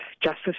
justice